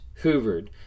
hoovered